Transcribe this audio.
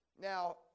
Now